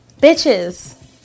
Bitches